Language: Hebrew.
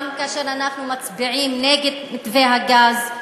גם כאשר אנחנו מצביעים נגד מתווה הגז,